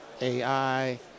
AI